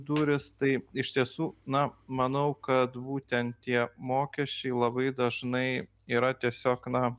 durys tai iš tiesų na manau kad būtent tie mokesčiai labai dažnai yra tiesiog na